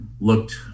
looked